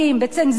בצנזורה,